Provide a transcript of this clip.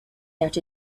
that